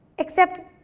except,